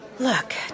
Look